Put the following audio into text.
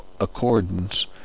accordance